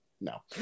no